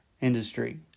industry